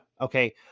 Okay